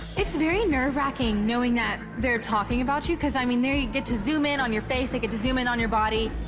it's very nerveracking knowing that they're talking about you cause i mean there, you get to zoom in on your face, they get to zoom in on your body.